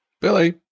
Billy